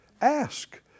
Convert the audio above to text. Ask